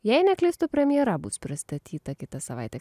jei neklystu premjera bus pristatyta kitą savaitę